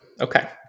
Okay